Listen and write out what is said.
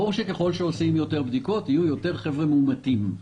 ברור שככל שעושים יותר בדיקות יהיו יותר חבר'ה מאומתים,